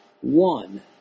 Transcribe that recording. one